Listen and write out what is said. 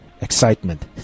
Excitement